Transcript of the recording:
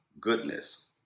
goodness